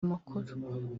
amakuru